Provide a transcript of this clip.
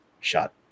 Shot